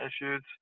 issues